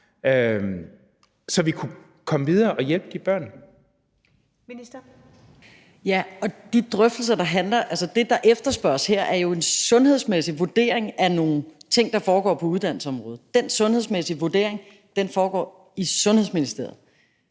Kl. 16:48 Børne- og undervisningsministeren (Pernille Rosenkrantz-Theil): Det, der efterspørges her, er jo en sundhedsmæssig vurdering af nogle ting, der foregår på uddannelsesområdet. Den sundhedsmæssige vurdering foregår i Sundhedsministeriet.